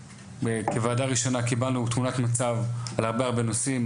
כוועדה ראשונה קיבלנו תמונת מצב על הרבה הרבה נושאים,